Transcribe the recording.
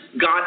God